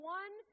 one